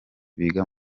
biga